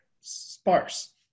sparse